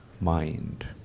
mind